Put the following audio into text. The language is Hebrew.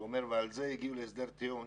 שאומר על זה הגיעו להסדר טיעון.